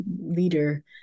leader